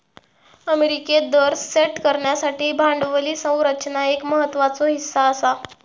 अमेरिकेत दर सेट करण्यासाठी भांडवली संरचना एक महत्त्वाचो हीस्सा आसा